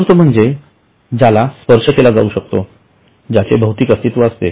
मूर्त म्हणजे ज्याला स्पर्श केला जाऊ शकतो ज्याचे भौतिक अस्तित्व असते